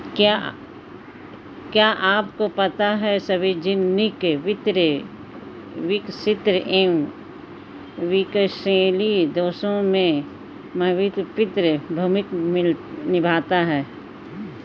क्या आपको पता है सार्वजनिक वित्त, विकसित एवं विकासशील देशों में महत्वपूर्ण भूमिका निभाता है?